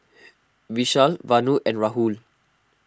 Vishal Vanu and Rahul